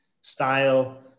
style